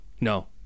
No